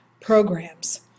programs